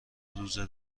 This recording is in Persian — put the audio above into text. روزه